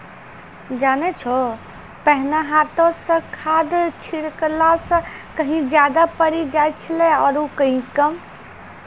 जानै छौ पहिने हाथों स खाद छिड़ला स कहीं ज्यादा पड़ी जाय छेलै आरो कहीं कम